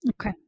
Okay